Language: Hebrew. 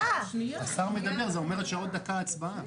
השר מדבר, זה אומר שעוד דקה יש הצבעה.